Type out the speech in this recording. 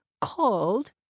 called